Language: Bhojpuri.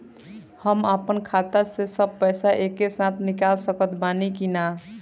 हम आपन खाता से सब पैसा एके साथे निकाल सकत बानी की ना?